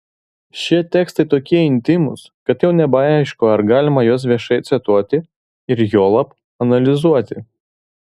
šie tekstai tokie intymūs kad jau nebeaišku ar galima juos viešai cituoti ir juolab analizuoti